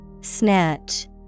Snatch